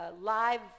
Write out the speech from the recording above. live